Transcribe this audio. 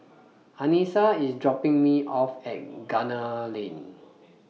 Anissa IS dropping Me off At Gunner Lane